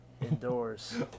indoors